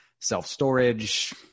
self-storage